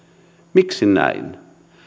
miksi näin